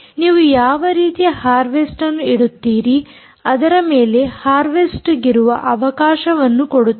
ನೀವು ಯಾವ ರೀತಿ ಹಾರ್ವೆಸ್ಟ್ ನ್ನು ಇಡುತ್ತೀರಿ ಅದರ ಮೇಲೆ ಹಾರ್ವೆಸ್ಟ್ಗಿರುವ ಅವಕಾಶವನ್ನು ಕೊಡುತ್ತದೆ